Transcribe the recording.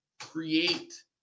create